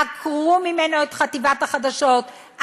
עקרו ממנו את חטיבת החדשות,